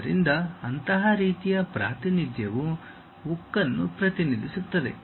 ಆದ್ದರಿಂದ ಅಂತಹ ರೀತಿಯ ಪ್ರಾತಿನಿಧ್ಯವು ಉಕ್ಕನ್ನು ಪ್ರತಿನಿಧಿಸುತ್ತದೆ